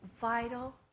vital